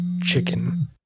chicken